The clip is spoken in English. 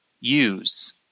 use